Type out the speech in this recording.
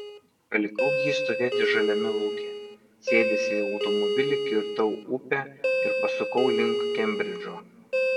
palikau jį stovėti žaliame lauke sėdęs į automobilį kirtau upę ir pasukau link kembridžo